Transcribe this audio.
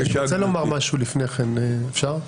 אני רוצה לומר משהו לפני כן, אפשר?